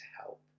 help